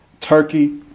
Turkey